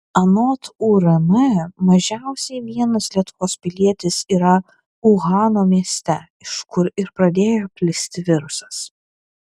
anot urm mažiausiai vienas lietuvos pilietis yra uhano mieste iš kur ir pradėjo plisti virusas